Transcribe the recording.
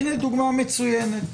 הינה דוגמה מצוינת,